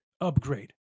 upgrade